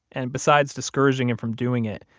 and besides discouraging him from doing it,